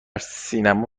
سینما